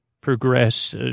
progress